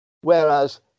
whereas